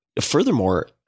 furthermore